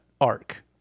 arc